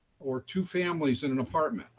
or two families in an apartment.